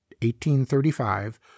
1835